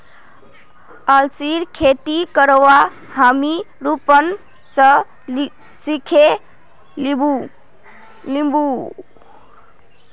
अलसीर खेती करवा हामी रूपन स सिखे लीमु